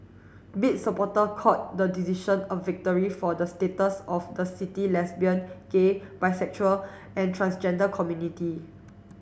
bid supporter called the decision a victory for the status of the city lesbian gay bisexual and transgender community